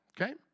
okay